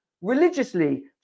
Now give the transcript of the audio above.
religiously